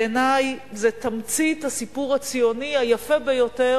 בעיני זה תמצית הסיפור הציוני היפה ביותר